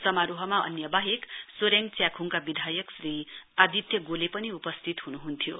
समारोहमा अन्य बाहेक सोरेङ च्याखुङका विधायक श्री आदित्य गोले पनि उपस्थित हुनुहुन्थ्यो